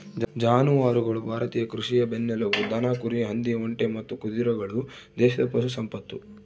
ಜಾನುವಾರುಗಳು ಭಾರತೀಯ ಕೃಷಿಯ ಬೆನ್ನೆಲುಬು ದನ ಕುರಿ ಹಂದಿ ಒಂಟೆ ಮತ್ತು ಕುದುರೆಗಳು ದೇಶದ ಪಶು ಸಂಪತ್ತು